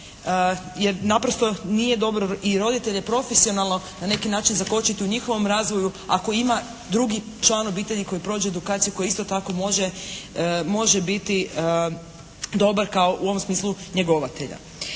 jer naprosto nije dobro i roditelje profesionalno na neki način zakočiti u njihovom razvoju ako ima drugi član obitelji koji prođe edukaciju koji isto tako može, može biti dobar kao u ovom smislu njegovatelja.